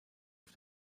auf